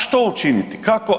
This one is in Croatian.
Što učiniti, kako?